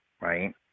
right